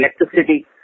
electricity